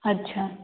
अच्छा